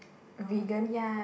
vegan